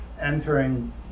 entering